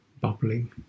bubbling